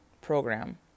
program